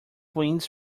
winds